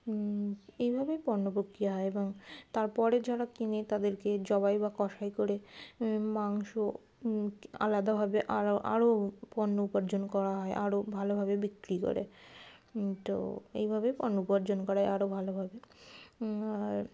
এইভাবেই পণ্য প্রক্রিয়া হয় এবং তারপরে যারা কিনে তাদেরকে জবাই বা কষাই করে মাংস আলাদাভাবে আরও আরও পণ্য উপার্জন করা হয় আরও ভালোভাবে বিক্রি করে তো এইভাবেই পণ্য উপার্জন করায় আরও ভালোভাবে আর